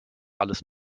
alles